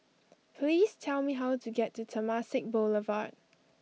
please tell me how to get to Temasek Boulevard